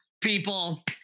people